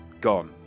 gone